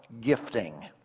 gifting